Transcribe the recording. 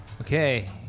Okay